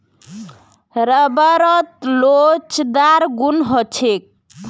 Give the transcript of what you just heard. रबरत लोचदार गुण ह छेक